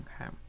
Okay